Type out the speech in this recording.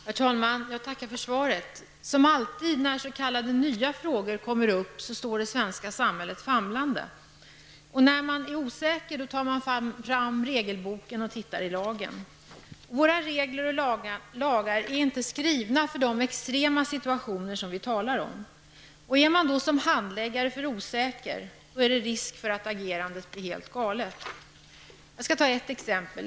Herr talman! Jag tackar för svaret. Som alltid när s.k. nya frågor dyker upp står det svenska samhället famlande. När man är osäker tar man fram regelboken och tittar i lagen. Regler och lagar är inte skrivna för de extrema situationer vi talar om. Om man då som handläggare är för osäker är det risk för att agerandet blir helt galet. Jag skall ta ett exempel.